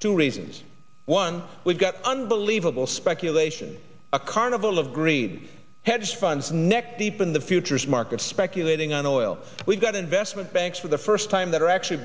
two reasons one we've got unbelievable speculation a carnival of greed hedge funds neck deep in the futures market speculating on oil we've got investment banks for the first time that are actually